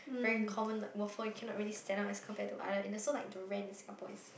very common like waffle you cannot really stand out as compared to other and also like the rent in Singapore is